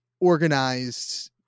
organized